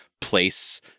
place